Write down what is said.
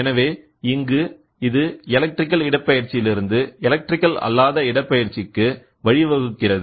எனவே இங்கு இது எலக்ட்ரிகல் இடப்பெயர்ச்சியிலிருந்து எலக்ட்ரிக் அல்லாத இடப்பெயர்ச்சிக்கு வழிவகுக்கிறது